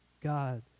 God